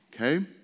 Okay